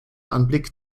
anblick